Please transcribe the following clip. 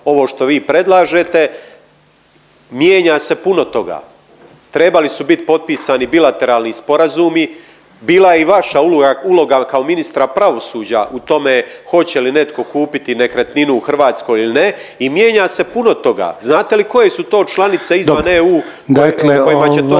ovo što vi predlažete, mijenja se puno toga, trebali su bit potpisani bilateralni sporazumi, bila je i vaša uloga kao ministra pravosuđa u tome hoće li netko kupiti nekretninu u Hrvatskoj il ne i mijenja se puno toga. Znate li koje su to članice …/Upadica Reiner: